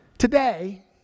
Today